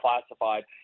classified